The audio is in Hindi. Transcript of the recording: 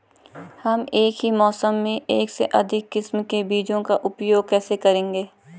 हम एक ही मौसम में एक से अधिक किस्म के बीजों का उपयोग कैसे करेंगे?